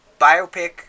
Biopic